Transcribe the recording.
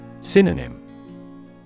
Synonym